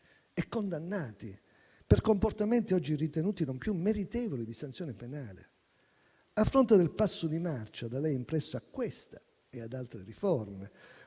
e condannati per comportamenti oggi ritenuti non più meritevoli di sanzione penale. A fronte del passo di marcia da lei impresso a questa e ad altre riforme,